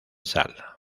sal